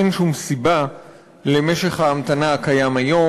אין שום סיבה למשך ההמתנה הקיים היום.